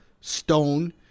Stone